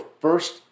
first